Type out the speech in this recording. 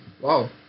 Wow